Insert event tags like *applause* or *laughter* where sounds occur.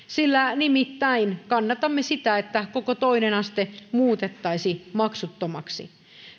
*unintelligible* sillä nimittäin kannatamme sitä että koko toinen aste muutettaisiin maksuttomaksi